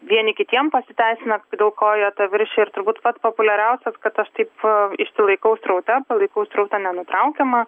vieni kitiem pasiteisina dėl ko jie tą viršija ir turbūt pats populiariausias kad aš taip išsilaikau sraute palaikau srautą nenutraukiamą